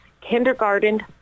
kindergarten